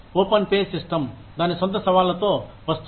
open pay system దాని సొంత సవాళ్ళతో వస్తుంది